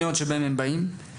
אנחנו